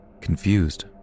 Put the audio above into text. Confused